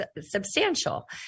substantial